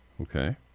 Okay